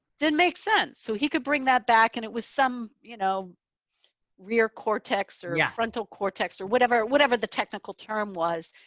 didn't make sense. so he could bring that back and it was some you know rear cortex or yeah frontal cortex or whatever whatever the technical term was.